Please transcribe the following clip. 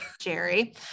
jerry